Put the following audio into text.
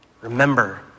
remember